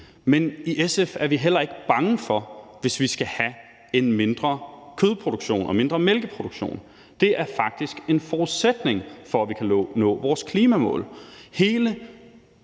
Men i SF er vi heller ikke bange for det, hvis vi skal have en mindre kødproduktion og en mindre mælkeproduktion. Det er faktisk en forudsætning for, at vi kan nå vores klimamål.